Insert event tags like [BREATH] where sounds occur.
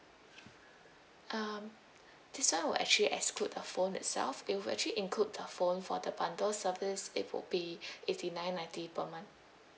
um [BREATH] this one will actually exclude the phone itself it will actually include the phone for the bundle service it will be [BREATH] eighty nine ninety per month